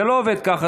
זה לא עובד ככה.